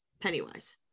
pennywise